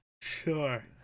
Sure